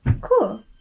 cool